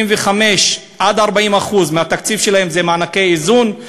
25% 40% מהתקציב שלהן זה מענקי איזון,